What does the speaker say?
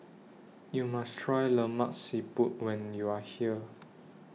YOU must Try Lemak Siput when YOU Are here